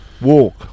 walk